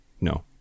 no